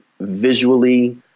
visually